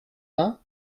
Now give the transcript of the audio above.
vingt